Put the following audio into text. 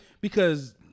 because-